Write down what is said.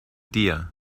deer